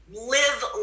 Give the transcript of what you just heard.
live